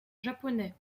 japonais